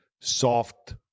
soft